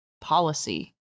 policy